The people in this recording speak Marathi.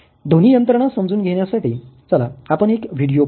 ध्वनी यंत्रणा समजून घेण्यासाठी चला आपण एक व्हिडीओ पाहू